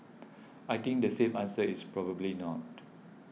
I think the safe answer is probably not